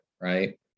right